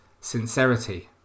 sincerity